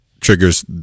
triggers